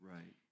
Right